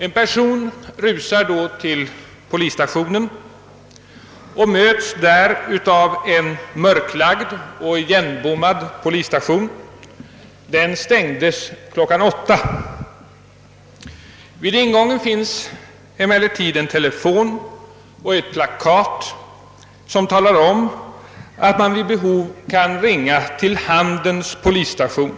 En person rusar då till polisstationen. Den är mörklagd och igenbommad, eftersom den stängdes kl. 8. Vid ingången finns emellertid en telefon och ett plakat som talar om att man vid behov kan ringa till Handens polisstation.